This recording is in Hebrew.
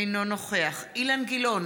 אינו נוכח אילן גילאון,